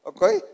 Okay